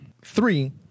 three